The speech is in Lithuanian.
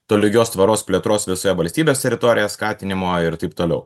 tolygios tvaros plėtros visoje valstybės teritorijoj skatinimo ir taip toliau